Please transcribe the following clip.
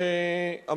תודה רבה,